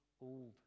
old